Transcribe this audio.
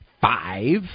five